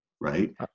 Right